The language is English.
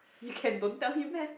you can don't tell him meh